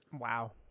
Wow